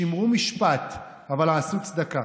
שמרו משפט אבל עשו צדקה,